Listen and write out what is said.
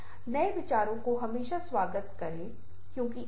यहाँ आपकी एक छवि है हम कहते हैं कि यह पहला शीर्षक है